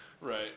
Right